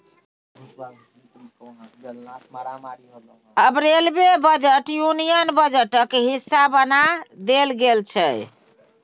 आब railway budget union बजटक हिस्सा बना देल गेल छै